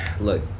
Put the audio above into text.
look